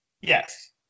Yes